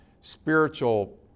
spiritual